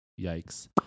Yikes